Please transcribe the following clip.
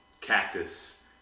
cactus